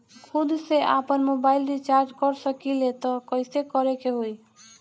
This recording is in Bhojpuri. खुद से आपनमोबाइल रीचार्ज कर सकिले त कइसे करे के होई?